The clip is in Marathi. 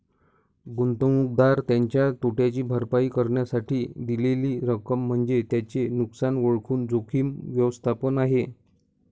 गुंतवणूकदार त्याच्या तोट्याची भरपाई करण्यासाठी दिलेली रक्कम म्हणजे त्याचे नुकसान ओळखून जोखीम व्यवस्थापन आहे